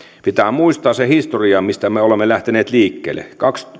pitää muistaa se historia mistä me olemme lähteneet liikkeelle